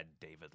David